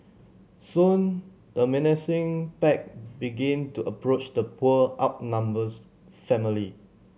soon the menacing pack begin to approach the poor outnumbers family